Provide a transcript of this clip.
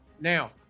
Now